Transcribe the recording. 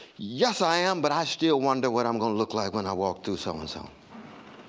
yes, i am, but i still wonder what i'm going to look like when i walk through someone's home.